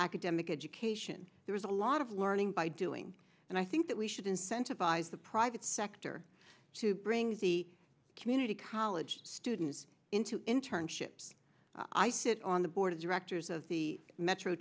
academic education there is a lot of learning by doing and i think that we should incentivize the private sector to bring the community college students into internships i sit on the board of directors of the metro